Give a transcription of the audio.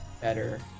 better